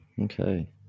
Okay